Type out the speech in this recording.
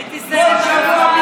הייתי סרן.